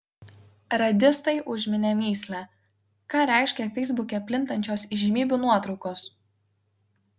radistai užminė mįslę ką reiškia feisbuke plintančios įžymybių nuotraukos